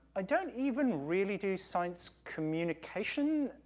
i don't even really do science communication.